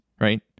right